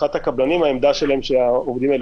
מבחינת הקבלנים העמדה שלהם שהעובדים האלה